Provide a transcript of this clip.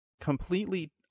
completely